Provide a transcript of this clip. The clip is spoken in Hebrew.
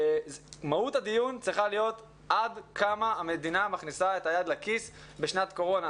מהות הדיון צריכה להיות עד כמה המדינה מכניסה את היד לכיס בשנת קורונה.